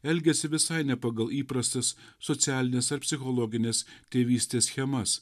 elgiasi visai ne pagal įprastas socialinės ar psichologinės tėvystės schemas